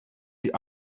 die